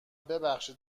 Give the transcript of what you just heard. ببخشید